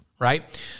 right